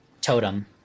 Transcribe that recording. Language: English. totem